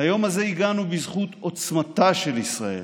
ליום הזה הגענו בזכות עוצמתה של ישראל,